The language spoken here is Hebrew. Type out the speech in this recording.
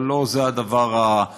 אבל לא זה הדבר העיקרי,